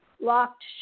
locked